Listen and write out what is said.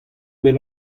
bet